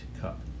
Cup